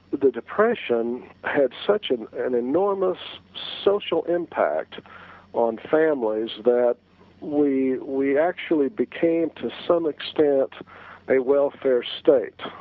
the depression had such an an enormous social impact on families that we we actually became to some extent a welfare state.